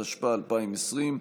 התשפ"א 2020,